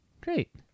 Great